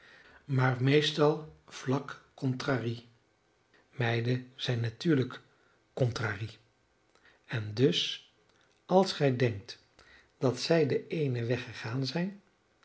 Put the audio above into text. maar meestal vlak contrarie meiden zijn natuurlijk contrarie en dus als gij denkt dat zij den eenen weg gegaan zijn